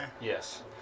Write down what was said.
Yes